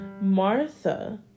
Martha